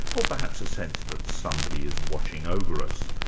or perhaps a sense that somebody is watching over us.